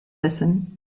listen